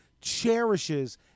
cherishes